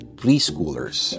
preschoolers